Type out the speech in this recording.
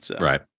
Right